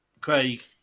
Craig